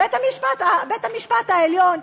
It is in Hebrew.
בית-המשפט העליון.